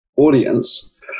audience